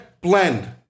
blend